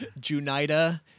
Junida